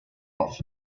off